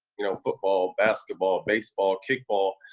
you know, football, basketball, baseball, kickball.